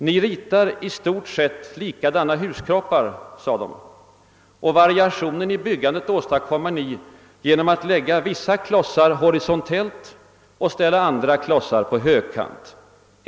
»Ni ritar i stort sett likadana huskroppar», sade de, »och variationen i byggandet åstadkommer ni genom att lägga vissa klotsar horisontellt och ställa andra på högkant.